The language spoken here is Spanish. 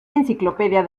enciclopedia